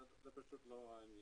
זה פשוט לא העניין.